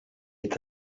est